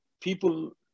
people